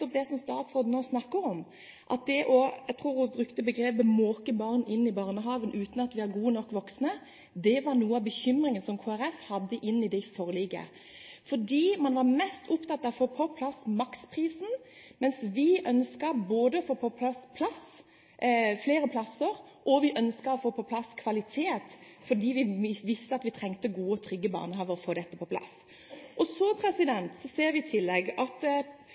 det statsråden nå snakket om, nemlig å «måke» – jeg tror hun brukte det begrepet – barn inn i barnehagen uten at vi har gode nok voksne. SV var mest opptatt av å få på plass maksprisen, mens vi ønsket både å få flere plasser og kvalitet fordi vi visste at vi trengte gode, trygge barnehager for å få dette på plass. Vi ser i tillegg at regjeringen ikke har klart å ordne opp i en veldig viktig ting, nemlig å kombinere kontantstøtte og barnehage. Det er i dag en nesten umulig situasjon, så